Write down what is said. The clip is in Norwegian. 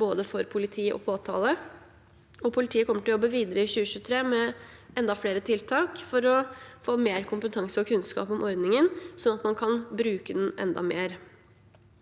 både for politi og påtale, og politiet kommer til å jobbe videre i 2023 med enda flere tiltak for å få mer kompetanse og kunnskap om ordningen, så man kan bruke den enda mer.